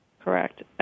Correct